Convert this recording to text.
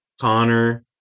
Connor